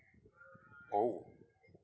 oh